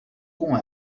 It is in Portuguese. com